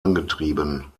angetrieben